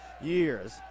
years